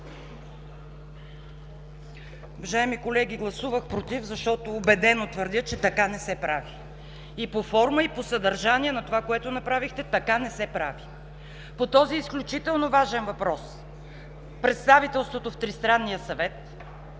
Уважаеми колеги, гласувах „против”, защото убедено твърдя, че така не се прави. И по форма, и по съдържание на това, което направихте, така не се прави! По този изключително важен въпрос представителството в Тристранния съвет,